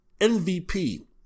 MVP